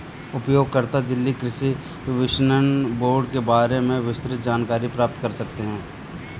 उपयोगकर्ता दिल्ली कृषि विपणन बोर्ड के बारे में विस्तृत जानकारी प्राप्त कर सकते है